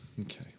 Okay